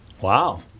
Wow